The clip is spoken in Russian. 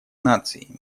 наций